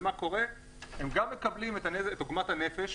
אבל הם גם מקבלים עוגמת הנפש